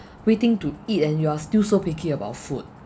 waiting to eat and you're still so picky about food